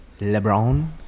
LeBron